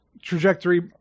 Trajectory